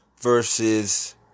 versus